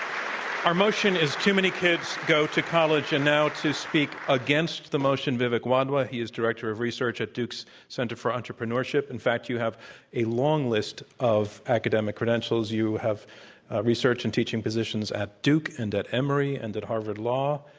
our motion is too many kids go to college. and now to speak against the motion, vivek wadhwa. he is director of research at duke's center for entrepreneurship. in fact, you have a long list of academic credentials. you have research and teaching positions at duke and at emory and at harvard law.